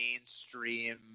mainstream